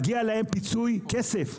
מגיע להם פיצוי, כסף,